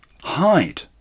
Hide